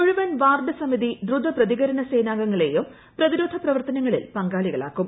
എഴുപ്പൻ ward സമിതി ദ്രുതപ്രതികരണ സേനാ അംഗങ്ങളെയ്ും പ്രതിരോധ പ്രവർത്തനങ്ങളിൽ പങ്കാളികളാക്കും